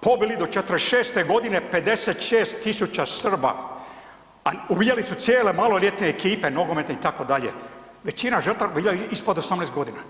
pobili do '46.godine 56.000 Srba, a … cijele maloljetne ekipe nogometne itd., većina žrtava bila je ispod 18 godina.